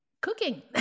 cooking